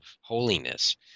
holiness